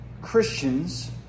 Christians